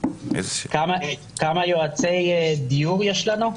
כמה יועצי דיור יש לנו?